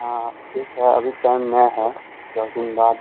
हाँ ठीक है अभी टाइम में है दस दिन बाद